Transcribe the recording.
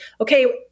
okay